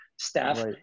staff